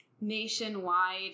nationwide